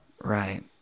right